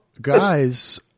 guys